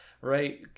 Right